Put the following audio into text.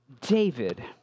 David